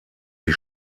die